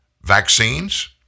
vaccines